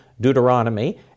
Deuteronomy